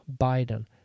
Biden